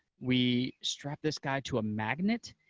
we strap this guy to a magnet,